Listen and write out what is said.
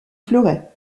fleuret